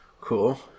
Cool